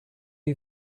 who